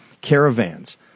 caravans